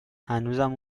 هنوزم